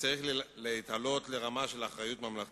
שבהם צריך להתעלות לרמה של אחריות ממלכתית.